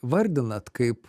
vardinat kaip